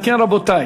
אם כן, רבותי,